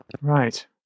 right